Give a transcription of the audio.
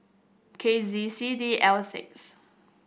K Z C D L six